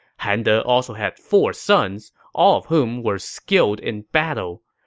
han de also had four sons, all of whom were skilled in battle.